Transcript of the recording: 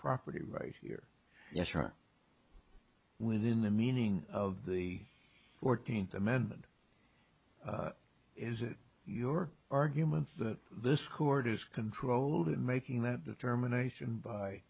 property right here within the meaning of the fourteenth amendment is it your argument that this court is controlled making that determination by